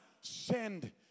send